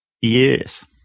Yes